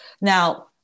Now